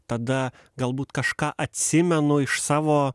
tada galbūt kažką atsimenu iš savo